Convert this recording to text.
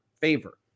favor